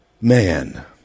man